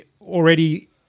already